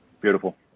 Beautiful